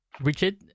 Richard